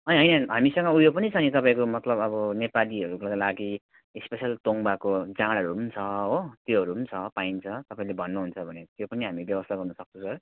ऐ होइन होइन हामीसँग ऊ यो पनि छ तपाईँको मतलब अब नेपालीहरूको लागि स्पेसल तोङ्बाको जाँडहरू पनि छ हो त्योहरू पनि छ पाइन्छ तपाईँले भन्नुहुन्छ भने त्यो पनि हामी व्यवस्था गर्नु सक्छु सर